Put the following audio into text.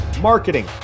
marketing